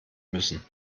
müssen